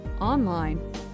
online